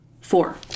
Four